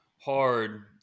hard